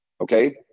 okay